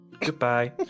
Goodbye